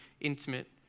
intimate